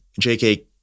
JK